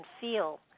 feel